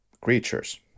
creatures